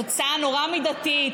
זאת הצעה נורא מידתית,